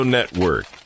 Network